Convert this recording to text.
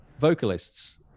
vocalists